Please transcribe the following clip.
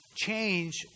change